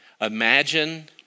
imagine